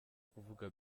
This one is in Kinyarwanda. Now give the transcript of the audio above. kuvuga